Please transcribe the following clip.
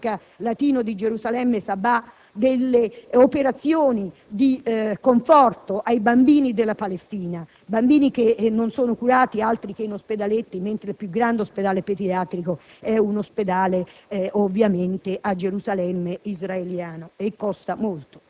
personalmente in Palestina ed ho organizzato, insieme al patriarca latino di Gerusalemme, Sabbah, delle operazioni di conforto ai bambini della Palestina, che non sono curati, altri si trovano in ospedaletti, mentre il più grande ospedale pediatrico è a